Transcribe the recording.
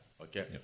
okay